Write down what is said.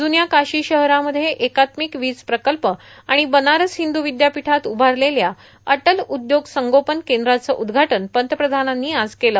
ज्रन्या काशी शहरामध्ये एकात्मिक वीज प्रकल्प आणि बनारस हिंदू विद्यापीठात उभारलेल्या अटल उद्योग संगोपन केंद्रांचं उद्घाटन पंतप्रधानांनी आज केलं